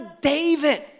David